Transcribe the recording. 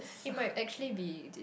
it might actually be this